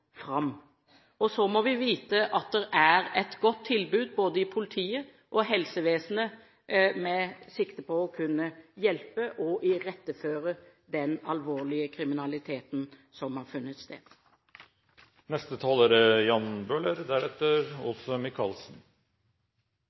fram. Og så må vi vite at det er et godt tilbud både i politiet og i helsevesenet med sikte på å kunne hjelpe og iretteføre den alvorlige kriminaliteten som har funnet